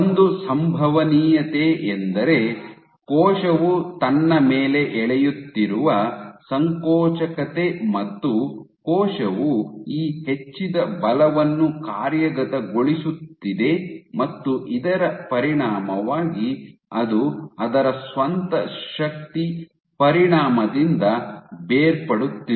ಒಂದು ಸಂಭವನೀಯತೆಯೆಂದರೆ ಕೋಶವು ತನ್ನ ಮೇಲೆ ಎಳೆಯುತ್ತಿರುವ ಸಂಕೋಚಕತೆ ಮತ್ತು ಕೋಶವು ಈ ಹೆಚ್ಚಿದ ಬಲವನ್ನು ಕಾರ್ಯಗತಗೊಳಿಸುತ್ತಿದೆ ಮತ್ತು ಇದರ ಪರಿಣಾಮವಾಗಿ ಅದು ಅದರ ಸ್ವಂತ ಶಕ್ತಿ ಪರಿಣಾಮದಿಂದ ಬೇರ್ಪಡುತ್ತಿದೆ